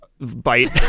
bite